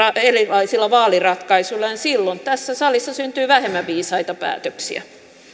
erilaisilla vaaliratkaisuilla niin silloin tässä salissa syntyy vähemmän viisaita päätöksiä